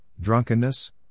drunkenness